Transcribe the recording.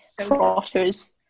Trotters